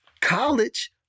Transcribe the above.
college